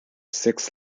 six